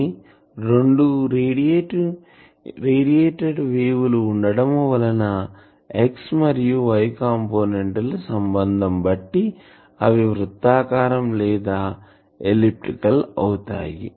కానీ రెండు radiate wave లు ఉండటం వలన X మరియు Y కంపోనెంట్ ల సంబంధం బట్టి అవి వృత్తాకారం లేదా ఎలిప్టికల్ అవుతాయి